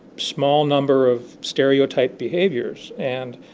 small number of stereotype behaviors and.